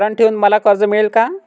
तारण ठेवून मला कर्ज मिळेल का?